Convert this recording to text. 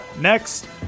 Next